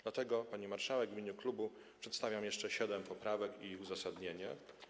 Dlatego, pani marszałek, w imieniu klubu przedstawiam jeszcze siedem poprawek i ich uzasadnienie.